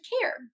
care